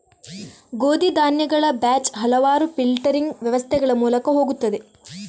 ಗೋಧಿ ಧಾನ್ಯಗಳ ಬ್ಯಾಚ್ ಹಲವಾರು ಫಿಲ್ಟರಿಂಗ್ ವ್ಯವಸ್ಥೆಗಳ ಮೂಲಕ ಹೋಗುತ್ತದೆ